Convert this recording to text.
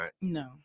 No